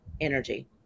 energy